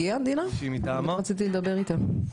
רציתי לדבר איתה.